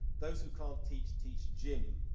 those who can't teach, teach gym.